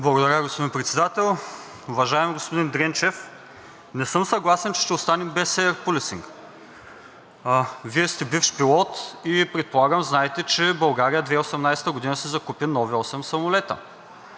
Благодаря, господин Председател. Уважаеми господин Дренчев, не съм съгласен, че ще останем без Air Policing. Вие сте бивш пилот и предполагам, знаете, че България 2018 г. си закупи нови осем самолета.